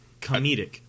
comedic